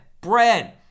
Bread